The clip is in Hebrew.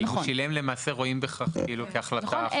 אם אדם שילם, רואים בכך החלטה חלוטה.